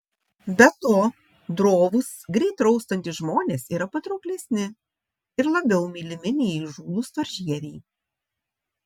be to drovūs greit raustantys žmonės yra patrauklesni ir labiau mylimi nei įžūlūs storžieviai